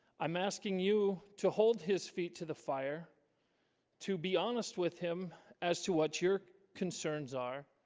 i'm asking you to hold his feet to the fire to be honest with him as to what your can turns are